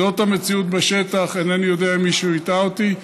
זאת המציאות בשטח, אינני יודע אם מישהו הטעה אותי.